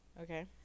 Okay